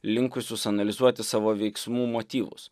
linkusius analizuoti savo veiksmų motyvus